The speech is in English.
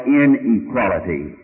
inequality